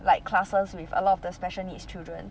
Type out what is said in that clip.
like classes with a lot of the special needs children